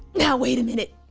now wait a minute.